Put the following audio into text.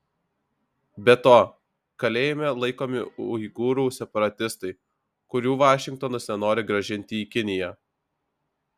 be to kalėjime laikomi uigūrų separatistai kurių vašingtonas nenori grąžinti į kiniją